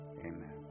Amen